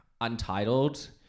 Untitled